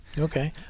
Okay